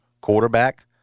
quarterback